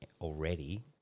already